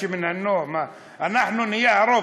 משהו כזה.) אנחנו נהיה הרוב,